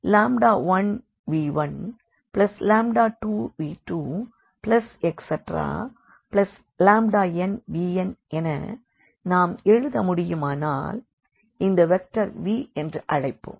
v1v12v2nvn என நாம் எழுத முடியுமானால் இந்த வெக்டரை v என்றழைப்போம்